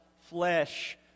flesh